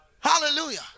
Hallelujah